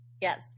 Yes